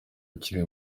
akiri